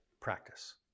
practice